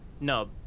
No